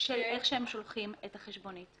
שבה הם שולחים את החשבונית.